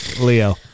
Leo